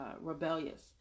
rebellious